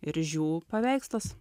ir žiū paveikslas